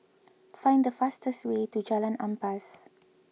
find the fastest way to Jalan Ampas